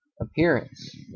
appearance